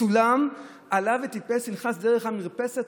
בסולם עלה וטיפס ונכנס דרך המרפסת